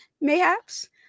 mayhaps